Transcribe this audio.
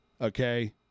okay